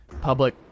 public